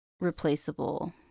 replaceable